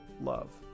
love